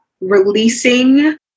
releasing